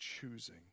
choosing